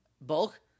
Bulk